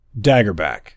Daggerback